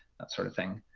that sort of thing.